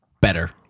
better